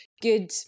good